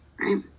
right